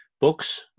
books